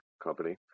Company